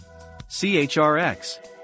CHRX